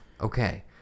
Okay